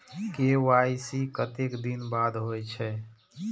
KYC कतेक दिन बाद होई छै?